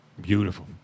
Beautiful